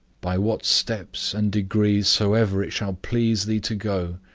by what steps and degrees soever it shall please thee to go,